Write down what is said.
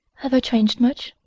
have i changed much?